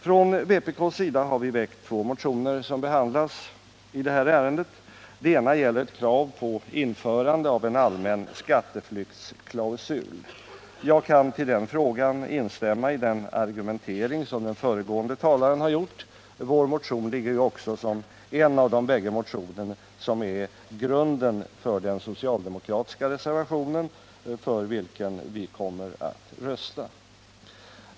Från vpk:s sida har vi väckt två motioner, som behandlas i det här ärendet. Den ena gäller ett krav på införande av en allmän skatteflyktsklausul. Jag kan i den frågan instämma i den argumentering som den föregående talaren har gjort. Vår motion ligger också som en av de bägge som är grunden för den socialdemokratiska reservationen, för vilken vi kommer att rösta.